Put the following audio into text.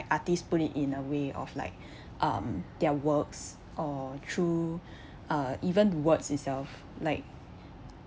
the artist put it in a way of like um their works or through uh even words itself like